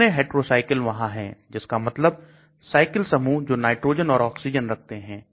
कितने Hetrocycle वहां है जिसका मतलब साइकिल समूह जो नाइट्रोजन और ऑक्सीजन रखते हैं